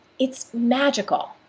it's magical.